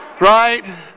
Right